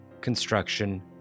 construction